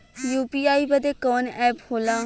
UPI बदे कवन app होला?